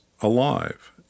alive